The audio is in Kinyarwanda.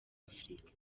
afurika